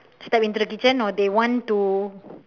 step into the kitchen or they want to